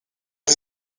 des